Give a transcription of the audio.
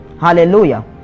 Hallelujah